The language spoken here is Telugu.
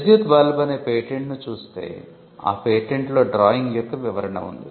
విద్యుత్ బల్బ్ అనే పేటెంట్ను చూస్తే ఆ పేటెంట్లో డ్రాయింగ్ యొక్క వివరణ ఉంది